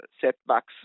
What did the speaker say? setbacks